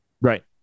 Right